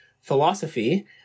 philosophy